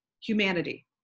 humanity